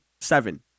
seven